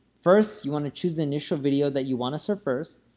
first, you want to choose the initial video that you want to serve first.